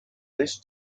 this